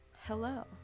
hello